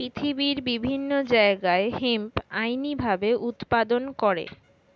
পৃথিবীর বিভিন্ন জায়গায় হেম্প আইনি ভাবে উৎপাদন করে